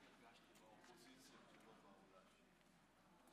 חבר הכנסת בועז טופורובסקי, שאילתה דחופה מס' 80,